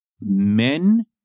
men